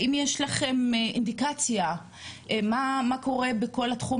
האם יש לכם אינדיקציה לגבי מה קורה בכל התחום